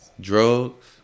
Drugs